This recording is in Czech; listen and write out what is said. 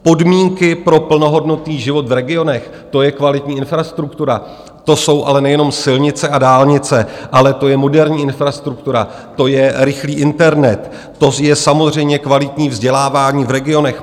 Podmínky pro plnohodnotný život v regionech, to je kvalitní infrastruktura, to jsou ale nejenom silnice a dálnice, ale to je moderní infrastruktura, to je rychlý internet, to je samozřejmě kvalitní vzdělávání v regionech.